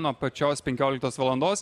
nuo pačios penkioliktos valandos